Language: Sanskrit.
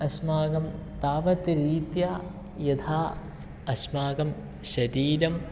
अस्माकं तावत् रीत्या यथा अस्माकं शरीरं